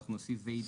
אנחנו נוסיף ו-...